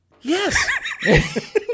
Yes